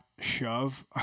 shove